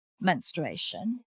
menstruation